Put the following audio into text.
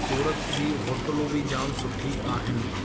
सूरत जी होटलूं बि जाम सुठी आहिनि